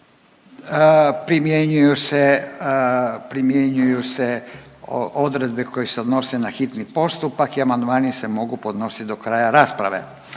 primjenjuju se odredbe koje se odnose na hitni postupak i amandmani se mogu podnositi do kraja rasprave.